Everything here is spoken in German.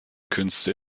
künste